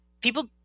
people